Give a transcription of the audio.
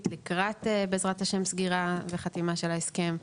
לקראת בעזרת השם סגירה וחתימה של ההסכם.